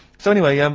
so anyway erm,